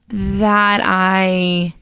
that i,